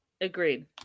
Agreed